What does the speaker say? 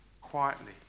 quietly